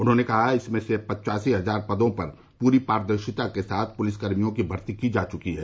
उन्होंने कहा कि इसमें से पच्चासी हजार पदों पर पूरी पारदर्शिता के साथ पुलिसकर्मियों की भर्ती की जा चुकी है